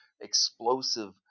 explosive